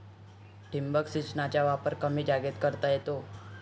ठिबक सिंचनाचा वापर कमी जागेत करता येतो